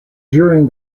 during